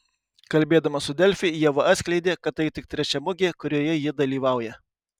kalbėdama su delfi ieva atskleidė kad tai tik trečia mugė kurioje ji dalyvauja